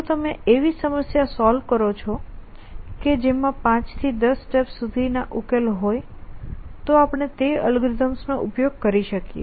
જો તમે એવી સમસ્યા સોલ્વ કરો છો કે જેમાં 5 10 સ્ટેપ્સ સુધી ના ઉકેલ હોય તો આપણે તે એલ્ગોરિધમ્સ નો ઉપયોગ કરી શકીએ